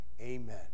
amen